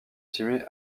estimée